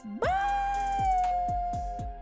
Bye